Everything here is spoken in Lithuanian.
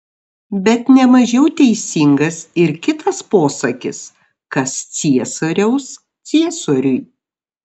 bet ne mažiau teisingas ir kitas posakis kas ciesoriaus ciesoriui